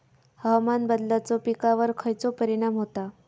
हवामान बदलाचो पिकावर खयचो परिणाम होता?